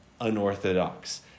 unorthodox